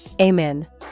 Amen